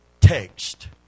text